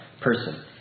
person